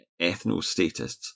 ethnostatists